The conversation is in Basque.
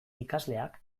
ikasleak